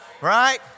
Right